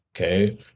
okay